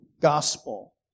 gospel